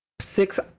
Six